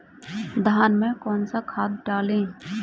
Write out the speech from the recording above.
धान में कौन सा खाद डालें?